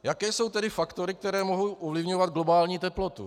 Jaké jsou tedy faktory, které mohou ovlivňovat globální teplotu?